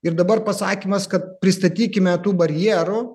ir dabar pasakymas kad pristatykime tų barjerų